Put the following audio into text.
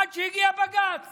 עד שהגיע בג"ץ